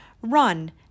run